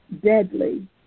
deadly